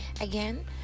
Again